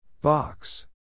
Box